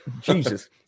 Jesus